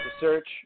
search